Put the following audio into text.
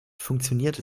funktioniert